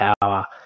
power